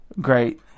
great